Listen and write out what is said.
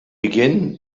begin